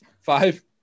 Five